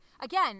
Again